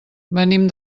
venim